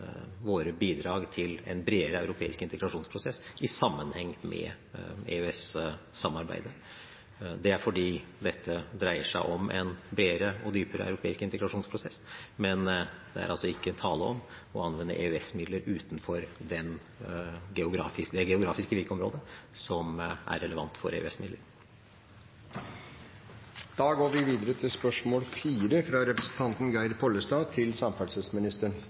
våre bidrag til en bredere europeisk integrasjonsprosess i sammenheng med EØS-samarbeidet. Det er fordi dette dreier seg om en bredere og dypere europeisk integrasjonsprosess, men det er altså ikke tale om å anvende EØS-midler utenfor det geografiske virkeområdet som er relevant for